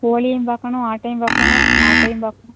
கோழியும் பார்க்கணும் ஆட்டையும் பார்க்கணும் மாட்டையும் பார்க்கணும்